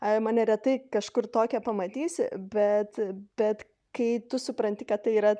ai mane retai kažkur tokią pamatysi bet bet kai tu supranti kad tai yra